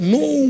no